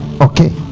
Okay